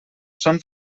són